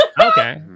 Okay